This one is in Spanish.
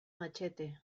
machete